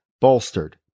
bolstered